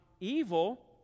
evil